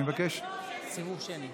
אני מבקש, לא, יש סיבוב שני.